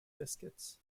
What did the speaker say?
biscuits